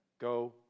Go